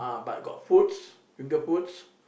but got foods finger foods